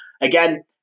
Again